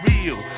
Real